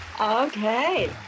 Okay